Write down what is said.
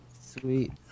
Sweet